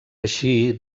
així